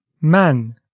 man